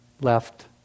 left